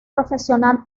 profesional